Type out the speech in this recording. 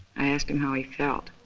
i asked him how he felt,